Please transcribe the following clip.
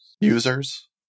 users